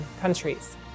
countries